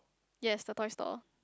yes the toy store